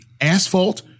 Asphalt